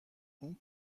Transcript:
اون